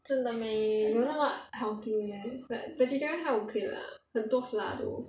真的 meh 你有那么 healthy meh like vegetarian 还 okay lah 很多 flour though